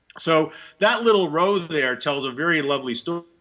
so that little row there tells a very lovely story.